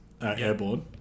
airborne